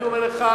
ואני אומר לך,